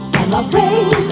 Celebrate